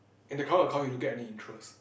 in the current account you don't get any interest